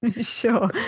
Sure